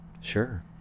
Sure